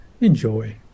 enjoy